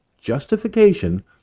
Justification